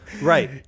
Right